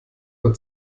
uhr